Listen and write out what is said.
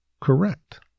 correct